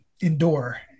Indoor